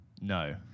No